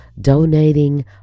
donating